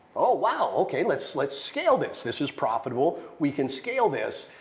oh, wow. okay, let's let's scale this. this is profitable. we can scale this.